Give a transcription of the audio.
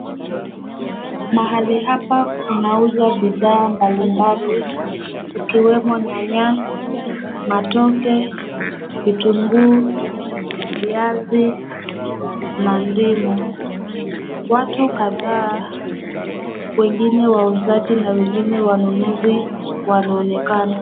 Mahali hapa kunauzwa bidhaa mbalimbali ikiwemo nyanya, matoke, vitunguu, viazi na ndimu. Watu kadhaa wengine wauzaji na wengine wanunuzi wanaonekana.